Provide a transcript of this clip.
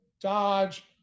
dodge